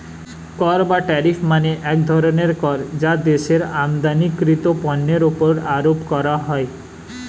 কর বা ট্যারিফ মানে এক ধরনের কর যা দেশের আমদানিকৃত পণ্যের উপর আরোপ করা হয়